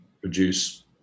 produce